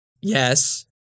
Yes